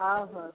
ହଁ ହଉ